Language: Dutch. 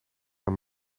een